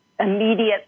immediate